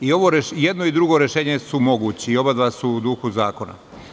I jedno i drugo rešenje su moguća i oba su u duhu zakona.